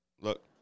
Look